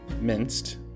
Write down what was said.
minced